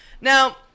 Now